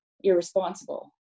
irresponsible